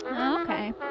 okay